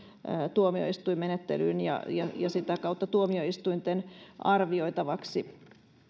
tuomioistuinmenettelyyn ja ja sitä kautta tuomioistuinten arvioitavaksi